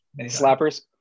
Slappers